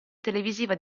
televisiva